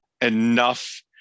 enough